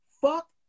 Fuck